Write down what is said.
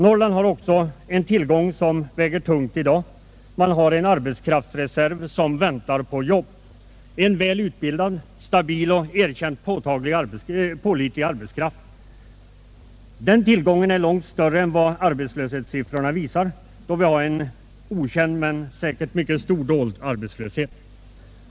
Norrland har också en tillgång som väger tungt i dag: en arbetskraftsreserv som väntar på jobb, en väl utbildad, stabil och erkänt pålitlig arbetskraft. Den tillgången är långt större än vad arbetslöshetssiffrorna visar, eftersom här finns en okänd men säkerligen mycket stor dold arbetslöshet.